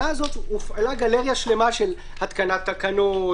הזאת הופעלה גלריה שלמה של התקנת תקנות,